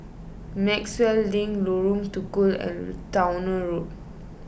Maxwell Link Lorong Tukol and Towner Road